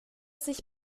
sich